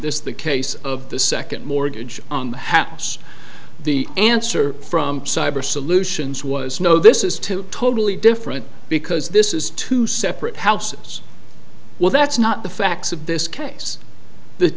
this the case of the second mortgage happens the answer from cyber solutions was no this is two totally different because this is two separate houses well that's not the facts of this case the